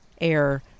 Air